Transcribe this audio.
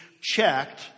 checked